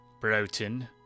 Broughton